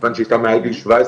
כיוון שהייתה מעל גיל 17,